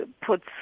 puts